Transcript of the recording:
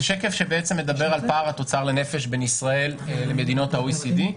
זה שקף שמדבר על פער התוצר לנפש בין ישראל למדינות ה-OECD.